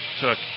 took